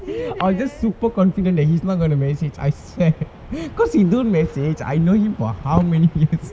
I was just super confident that he's not gonna manage it I swear cause he don't message I know him for how many years